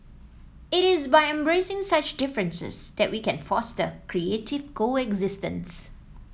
it is by embracing such differences that we can foster creative coexistence